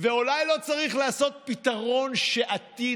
אלון שוסטר, איש אדמה,